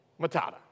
Matata